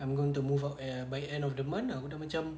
I'm going to move out and by the end of the month aku dah macam